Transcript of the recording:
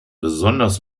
besonders